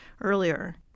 earlier